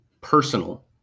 personal